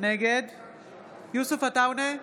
נגד יוסף עטאונה,